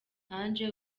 ange